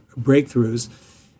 breakthroughs